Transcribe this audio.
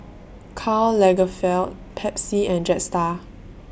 Karl Lagerfeld Pepsi and Jetstar